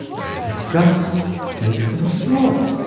but disgust makes them smaller.